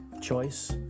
choice